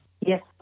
Yes